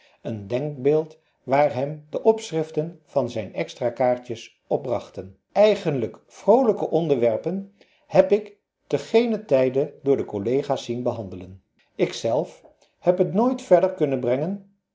een denkbeeld waar hem de opschriften van zijn extra kaartjes op brachten eigenlijk vroolijke onderwerpen heb ik te geenen tijde door de collega's zien behandelen ik zelf heb het nooit verder kunnen brengen